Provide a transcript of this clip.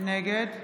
נגד